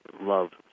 love